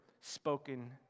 spoken